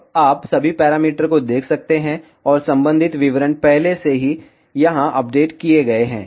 अब आप सभी पैरामीटर को देख सकते हैं और संबंधित विवरण पहले से ही यहां अपडेट किए गए हैं